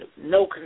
no